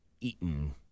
eaten